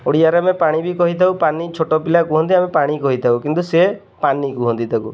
ଓଡ଼ିଆରେ ଆମେ ପାଣି ବି କହିଥାଉ ପାନି ଛୋଟ ପିଲା କୁହନ୍ତି ଆମେ ପାଣି କହିଥାଉ କିନ୍ତୁ ସେ ପାନି କୁହନ୍ତି ତାକୁ